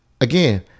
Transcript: again